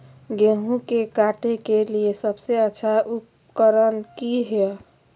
गेहूं के काटे के लिए सबसे अच्छा उकरन की है?